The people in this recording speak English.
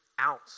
ounce